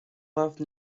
live